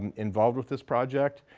and involved with this project.